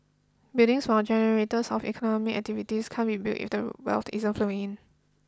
buildings while generators of economic activity can't be built if the wealth isn't flowing in